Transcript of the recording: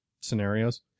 scenarios